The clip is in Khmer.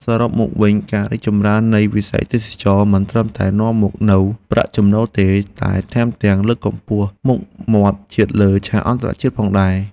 សរុបមកវិញ ការរីកចម្រើននៃវិស័យទេសចរណ៍មិនត្រឹមតែនាំមកនូវប្រាក់ចំណូលទេ តែថែមទាំងលើកកម្ពស់មុខមាត់ជាតិលើឆាកអន្តរជាតិផងដែរ។